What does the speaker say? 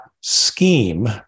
scheme